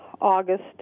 August